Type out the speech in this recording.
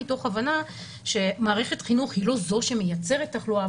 מתוך הבנה שמערכת החינוך היא לא זו שמייצרת תחלואה,